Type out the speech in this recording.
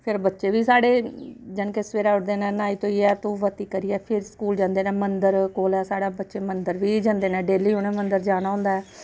खिर बच्चे बी साढ़े जानि के सवेरै उठदे न न्हाई धोईयै धूफ बत्ती करियै फिर स्कूल जंदे नै मन्दर कोल ऐ साढ़ै बच्चे मन्दर बी जंदे नै डेल्ली उनै मन्दर जाना होंदा ऐ